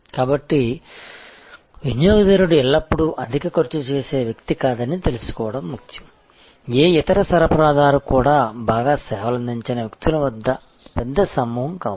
కాబట్టి సరైన వినియోగదారుడు ఎల్లప్పుడూ అధిక ఖర్చు చేసే వ్యక్తి కాదని తెలుసుకోవడం ముఖ్యం ఏ ఇతర సరఫరాదారు కూడా బాగా సేవలందించని వ్యక్తుల పెద్ద సమూహం కావచ్చు